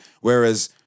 Whereas